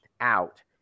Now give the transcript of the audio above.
out